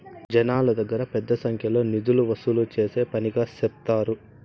జనాల దగ్గర పెద్ద సంఖ్యలో నిధులు వసూలు చేసే పనిగా సెప్తారు